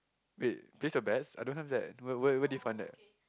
wait that's your best I don't have that where where where did you find that